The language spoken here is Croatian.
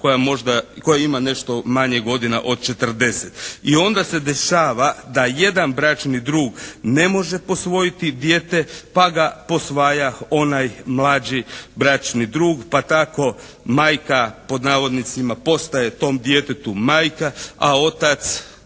koja ima nešto manje godina od 40 i onda se dešava da jedan bračni drug ne može posvojiti dijete pa ga posvaja onaj mlađi bračni drug, pa tako majka pod navodnicima postaje tom djetetu majka, a otac